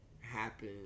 happen